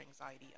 anxiety